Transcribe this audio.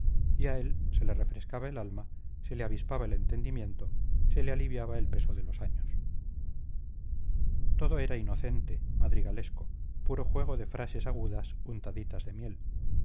y a él se le refrescaba el alma se le avispaba el entendimiento se le aliviaba el peso de los años todo era inocente madrigalesco puro juego de frases agudas untaditas de miel